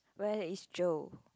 where is Joe